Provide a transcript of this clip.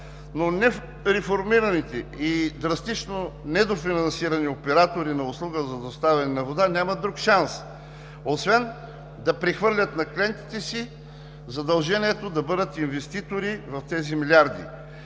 Но нереформираните и драстично недофинансирани оператори на услугата за доставяне на вода нямат друг шанс освен да прехвърлят на клиентите си задължението да бъдат инвеститори в тези милиарди